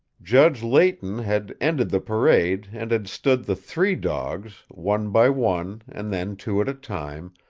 judge leighton had ended the parade and had stood the three dogs, one by one and then two at a time,